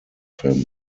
him